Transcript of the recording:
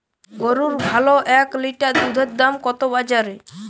গরুর ভালো এক লিটার দুধের দাম কত বাজারে?